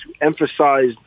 emphasized